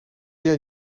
jij